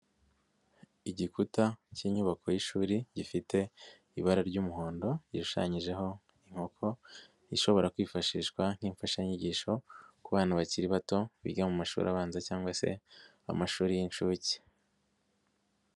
Igikuta k'inyubako y'ishuri gifite ibara ry'umuhondo gishushanyijeho inkoko, ishobora kwifashishwa nk'imfashanyigisho ku bantu bakiri bato, biga mu mashuri abanza cyangwa se amashuri y'inshuke.